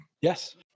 yes